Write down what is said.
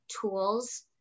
tools